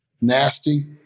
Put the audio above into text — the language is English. nasty